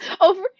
over